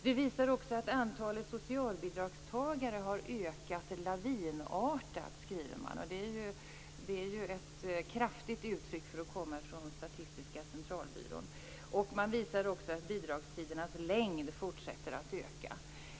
Dessutom skriver man att antalet socialbidragstagare har ökat lavinartat. Det är ett kraftigt uttryck för att komma från Statistiska centralbyrån. Man visar också att bidragstidernas längd fortsätter att öka.